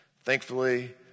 Thankfully